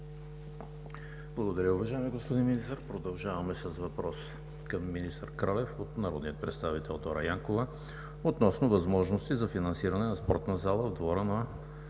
Благодаря, уважаеми господин Министър. Продължаваме с въпрос към министър Красен Кралев от народния представител Дора Янкова относно възможности за финансиране на спортна зала в двора на